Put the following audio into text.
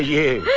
you